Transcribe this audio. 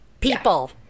people